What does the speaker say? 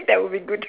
that will be good t~